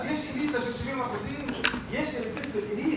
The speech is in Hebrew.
אז יש אליטה של 70% יש אליטיסיטים, élite,